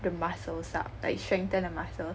the muscles up like strengthen the muscles